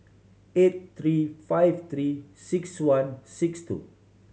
eight three five Three Six One six two